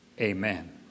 Amen